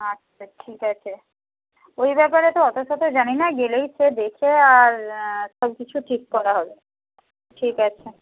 আচ্ছা ঠিক আছে ওই ব্যাপারে তো অতশত জানি না গেলেই সে দেখে আর সবকিছু ঠিক করা হবে ঠিক আছে